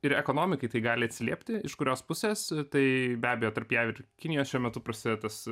ir ekonomikai tai gali atsiliepti iš kurios pusės tai be abejo tarp jav ir kinijos šiuo metu prasideda tas